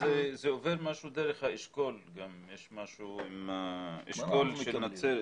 עובר משהו דרך האשכול של נצרת.